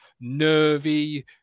nervy